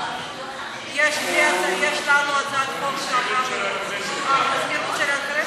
יש לנו הצעת חוק שעברה בטרומית.